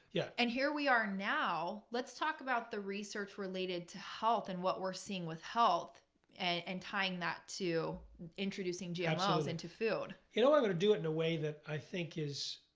yeah and here we are now let's talk about the research related to health and what we're seeing with health and tying that to introducing gmos into food. jeffrey you know i'm going to do it in a way that i think is,